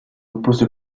oppose